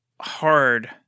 hard